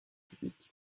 publics